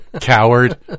Coward